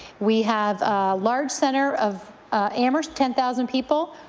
we have a large centre of amherst, ten thousand people,